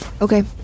Okay